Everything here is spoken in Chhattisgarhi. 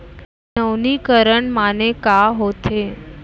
नवीनीकरण माने का होथे?